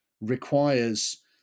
requires